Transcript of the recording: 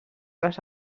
les